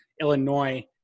Illinois